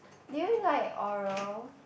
do you like oral